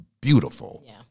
beautiful